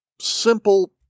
simple